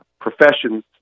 professions